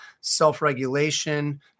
self-regulation